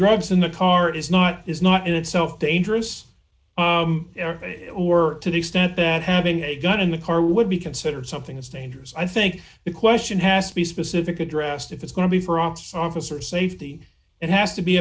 drugs in the car is not is not in itself dangerous or to the extent that having a gun in the car would be considered something that's dangerous i think the question has to be specific addressed if it's going to be for ops officer safety it has to be